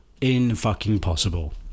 in-fucking-possible